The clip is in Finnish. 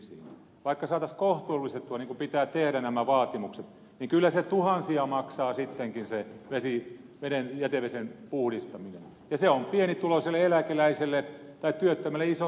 vaikka saataisiin kohtuullistettua niin kuin pitää tehdä nämä vaatimukset niin kyllä se tuhansia maksaa sittenkin se jätevesien puhdistaminen ja se on pienituloiselle eläkeläiselle tai työttömälle iso raha